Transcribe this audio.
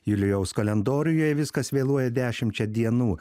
julijaus kalendoriuje jei viskas vėluoja dešimčia dienų